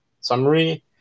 summary